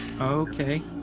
okay